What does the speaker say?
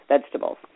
vegetables